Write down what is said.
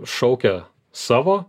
šaukia savo